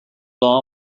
law